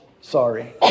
sorry